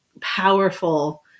powerful